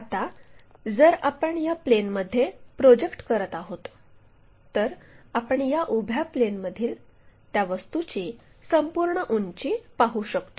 आता जर आपण या प्लेनमध्ये प्रोजेक्ट करत आहोत तर आपण या उभ्या प्लेनमधील त्या वस्तूची संपूर्ण उंची पाहू शकतो